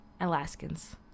Alaskans